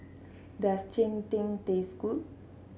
does Cheng Tng taste good